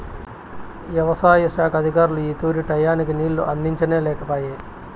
యవసాయ శాఖ అధికారులు ఈ తూరి టైయ్యానికి నీళ్ళు అందించనే లేకపాయె